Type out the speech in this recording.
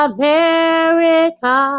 America